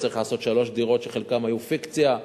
לא צריך לעשות שלוש דירות שחלקן היו פיקציה.